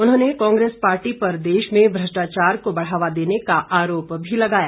उन्होंने कांग्रेस पार्टी पर देश में भ्रष्टाचार को बढ़ावा देने का आरोप भी लगाया